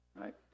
right